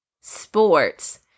sports